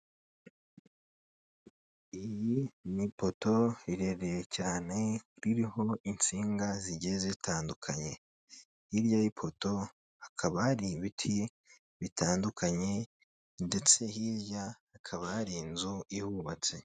Iyi n'ipoto rirerire cyane ririho itsinga zigiye zitandukanye, hirya y'ipoto hakaba har'ibiti bitandukanye ndetse hirya hakaba har'inzu ihubatse.